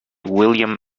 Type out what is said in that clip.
william